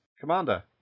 Commander